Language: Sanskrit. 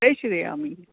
प्रेषयामि